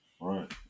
right